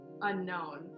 unknown